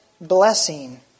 Blessing